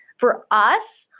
for us,